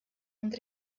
und